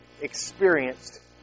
experienced